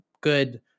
good